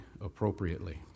appropriately